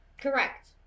Correct